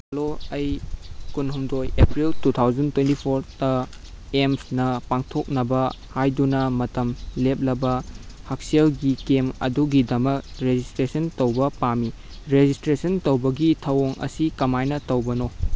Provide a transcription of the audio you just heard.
hello ꯑꯩ ꯀꯨꯟꯍꯨꯝꯗꯣꯏ April two thousand twenty fourth ꯑꯦꯝꯁꯅ ꯄꯥꯡꯊꯣꯛꯅꯕ ꯍꯥꯏꯗꯨꯅ ꯃꯇꯝ ꯂꯦꯞꯂꯕ ꯍꯜꯁꯦꯜꯒꯤ ꯀꯦꯝ ꯑꯗꯨꯒꯤꯗꯃꯛ ꯔꯦꯖꯤꯁꯇ꯭ꯔꯦꯁꯟ ꯇꯧꯕ ꯄꯥꯝꯃꯤ ꯔꯦꯖꯤꯁꯇ꯭ꯔꯦꯁꯟ ꯇꯧꯕꯒꯤ ꯊꯑꯣꯡ ꯑꯁꯤ ꯀꯃꯥꯏꯅ ꯇꯧꯕꯅꯣ